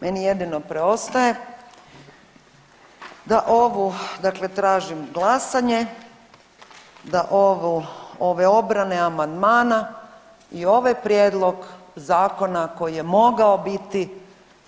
Meni jedino preostaje da tražim glasanje, da ove obrane amandmana i ovaj prijedlog zakona koji je mogao biti